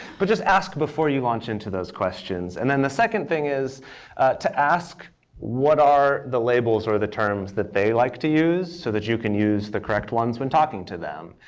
but just ask before you launch into those questions. and then the second thing is to ask what are the labels, or the terms, that they like to use, so that you can use the correct ones when talking to them.